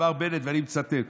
אמר בנט, ואני מצטט: